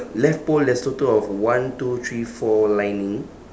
left pole there's total of one two three four lining